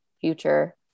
future